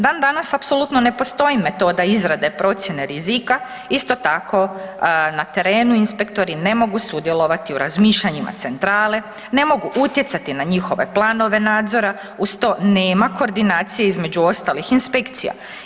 Dan danas apsolutno ne postoji metoda izrade procjene rizika, isto tako na terenu inspektori ne mogu sudjelovati u razmišljanjima centrale, ne mogu utjecati na njihove planove nadzora, uz to nema koordinacije između ostalih inspekcija.